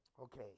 Okay